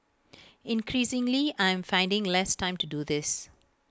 increasingly I am finding less time to do this